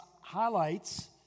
highlights